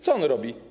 Co on robi?